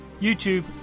YouTube